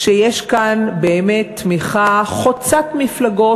שיש כאן באמת תמיכה חוצת מפלגות,